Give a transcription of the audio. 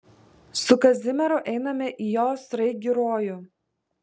su kazimieru einame į jo sraigių rojų